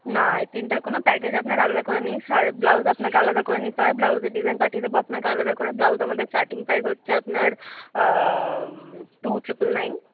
না এই তিনটের কোনো প্যাকেজ আপনার আলাদা করে নেই ব্লাউজ আপনাকে আলাদা করে নিতে হবে ব্লাউজের ডিজাইন পাঠিয়ে দেবো আপনাকে আলাদা করে ব্লাউজ আমাদের স্টার্টিং প্রাইস হচ্ছে আপনার টু ট্রিপল নাইন